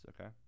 Okay